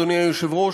אדוני היושב-ראש,